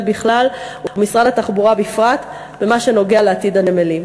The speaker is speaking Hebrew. בכלל ומשרד התחבורה בפרט במה שנוגע לעתיד הנמלים.